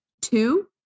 two